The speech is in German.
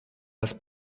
das